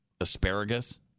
asparagus